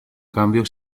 cambio